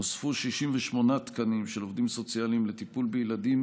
נוספו 68 תקנים של עובדים סוציאליים לטיפול בילדים